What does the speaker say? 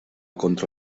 contra